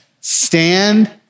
stand